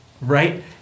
right